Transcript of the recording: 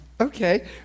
okay